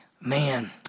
Man